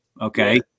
okay